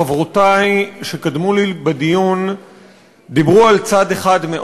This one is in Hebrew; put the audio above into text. חברותי שקדמו לי בדיון דיברו על צד אחד מאוד